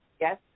Yes